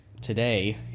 today